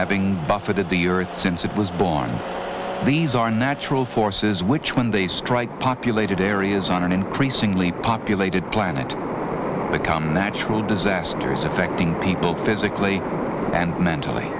having buffeted the earth since it was born these are natural forces which when they strike populated areas on an increasingly populated planet become natural disasters affecting people physically and mentally